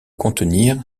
contenir